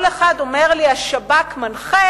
כל אחד אומר לי, השב"כ מנחה.